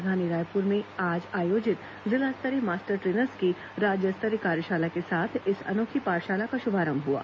राजधानी रायपुर में आज आयोजित जिला स्तरीय मास्टर ट्रेनर्स की राज्य स्तरीय कार्यशाला के साथ इस अनोखी पाठशाला का शुभारंभ हुआ